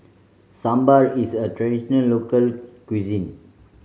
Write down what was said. sambar is a traditional local cuisine